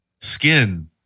skin